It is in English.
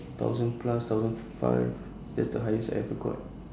thousand plus thousand five that's the highest I ever got